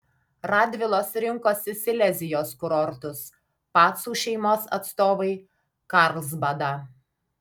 radvilos rinkosi silezijos kurortus pacų šeimos atstovai karlsbadą